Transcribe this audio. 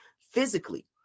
physically